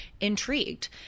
intrigued